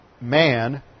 man